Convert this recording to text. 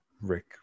rick